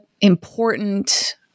important